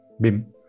BIM